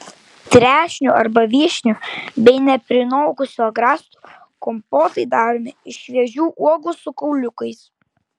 trešnių arba vyšnių bei neprinokusių agrastų kompotai daromi iš šviežių uogų su kauliukais